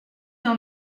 dans